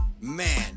Man